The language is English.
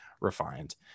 refined